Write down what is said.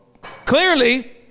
Clearly